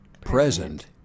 present